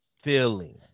feeling